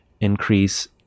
increase